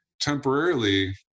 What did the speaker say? temporarily